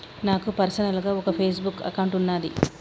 నాకు పర్సనల్ గా ఒక ఫేస్ బుక్ అకౌంట్ వున్నాది